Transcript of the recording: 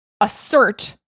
assert